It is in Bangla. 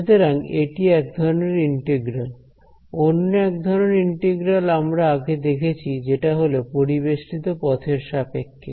সুতরাং এটি এক ধরনের ইন্টিগ্রাল অন্য এক ধরনের ইন্টিগ্রাল আমরা আগে দেখেছি যেটা হলো পরিবেষ্টিত পথের সাপেক্ষে